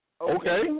okay